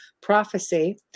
Prophecy